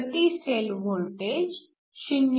प्रति cell voltage 0